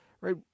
right